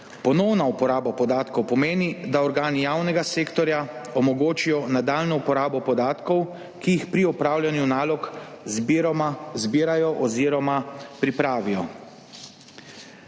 Ponovna uporaba podatkov pomeni, da organi javnega sektorja omogočijo nadaljnjo uporabo podatkov, ki jih pri opravljanju nalog zbirajo oziroma pripravijo.